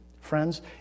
friends